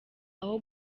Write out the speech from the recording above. aho